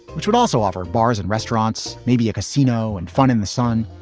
which would also offer bars and restaurants, maybe a casino and fun in the sun.